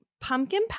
pumpkin